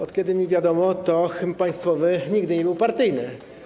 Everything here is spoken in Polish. Od kiedy mi wiadomo, to hymn państwowy nigdy nie był partyjny.